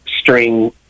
string